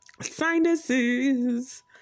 sinuses